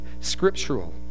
scriptural